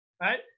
right